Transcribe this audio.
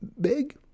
big